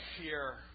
fear